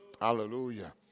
Hallelujah